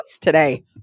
today